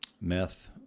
meth